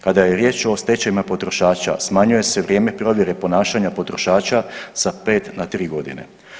Kada je riječ o stečajevima potrošača smanjuje se vrijeme provjere ponašanja potrošača sa 5 na 3 godine.